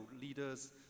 leaders